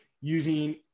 using